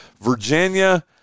Virginia